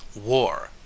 war